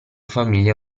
famiglia